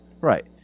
Right